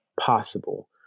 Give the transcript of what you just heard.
possible